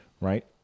Right